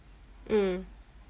um